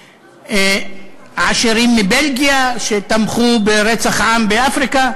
עשירים מבלגיה שתמכו ברצח עם באפריקה.